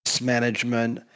management